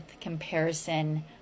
comparison